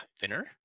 thinner